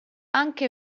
anche